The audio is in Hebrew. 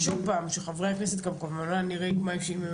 אם חברי הכנסת מסכימים.